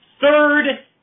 third